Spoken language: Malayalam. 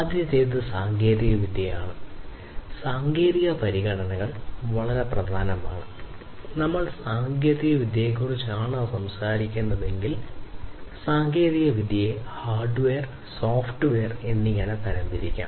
ആദ്യത്തേത് സാങ്കേതികവിദ്യയാണ് എന്നിങ്ങനെ തരം തിരിക്കാം